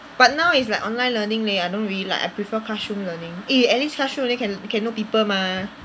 but now it's like online learning leh I don't really like I prefer classroom learning eh at least classroom learning can can know people mah